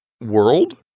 world